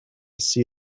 see